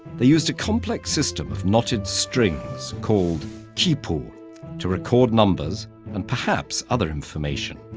they used a complex system of knotted strings called quipu to record numbers and perhaps other information.